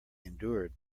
endured